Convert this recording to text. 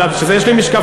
בשביל זה יש לי משקפיים,